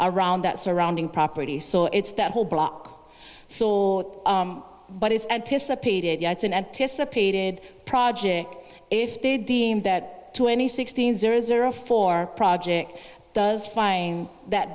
around that surrounding property so it's that whole block saw what is anticipated yeah it's an anticipated project if they deem that to any sixteen zero zero four project does find that